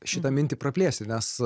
šitą mintį praplėsti nes